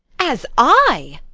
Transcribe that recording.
as i!